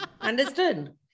Understood